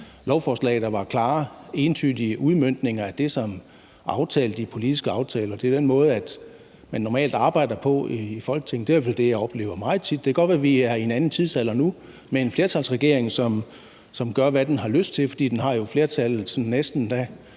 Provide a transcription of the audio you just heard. lovforslag, der var klare, entydige udmøntninger af det, som er aftalt i de politiske aftaler. Det er den måde, man normalt arbejder på i Folketinget. Det er i hvert fald det, jeg oplever meget tit. Det kan godt være, vi er i en anden tidsalder nu med en flertalsregering, som gør, hvad den har lyst til, fordi den har flertallet, næsten da,